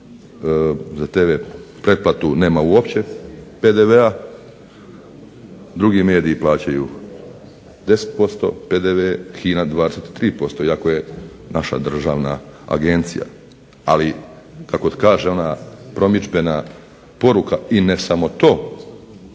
za tv pretplatu nema uopće PDV-a, drugi mediji plaćaju 10% PDV, HINA 23% iako je naša državna agencija. Ali, kako kaže ona promidžbena poruka i ne samo to,